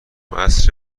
عصر